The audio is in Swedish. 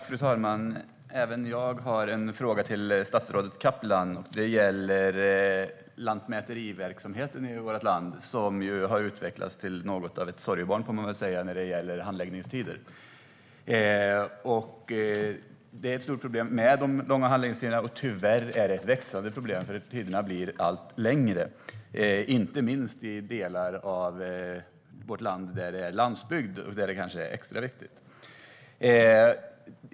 Fru talman! Även jag har en fråga till statsrådet Kaplan, och den gäller lantmäteriverksamheten i vårt land. Den har ju utvecklats till något av ett sorgebarn när det gäller handläggningstider. De långa handläggningstiderna är ett stort och tyvärr växande problem eftersom de blir allt längre, inte minst ute på landsbygden där detta kanske är extra viktigt.